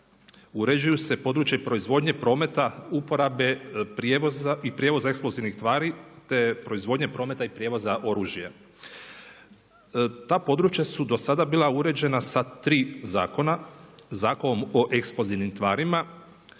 uređuje se područje proizvodnje, prometa, uporabe i prijevoza eksplozivnih tvari te proizvodnje, prometa i prijevoza oružja. Ta područja su do sada bila uređena sa tri zakona, Zakon o eksplozivnim tvarima,